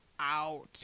out